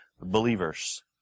believers